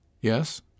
Yes